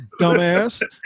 dumbass